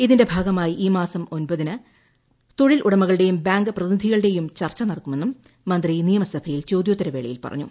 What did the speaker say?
ഇതിന്റെ ഭാഗമായി ഈ മാസം ഒമ്പതിന് തൊഴിൽ ഉടമകളുടെയും ബാങ്ക് പ്രതിനിധികളുടെയും ചർച്ച നടക്കുമെന്നും മന്ത്രി നിയമസഭയിൽ ചോദ്യോത്തരവേളയിൽ പറഞ്ഞു